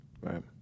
Right